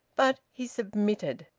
but he submitted.